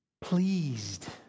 pleased